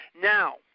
Now